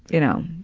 you know,